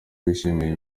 bishimiye